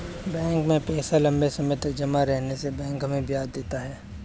bank में पैसा लम्बे समय तक जमा रहने से बैंक हमें ब्याज देता है